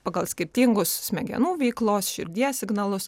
pagal skirtingus smegenų veiklos širdies signalus